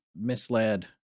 misled